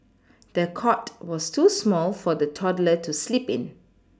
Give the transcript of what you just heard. the cot was too small for the toddler to sleep in